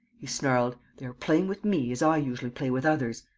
he snarled. they are playing with me as i usually play with others.